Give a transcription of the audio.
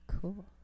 Cool